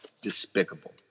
despicable